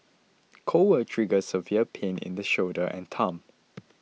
cold will trigger severe pain in the shoulder and thumb